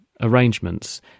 arrangements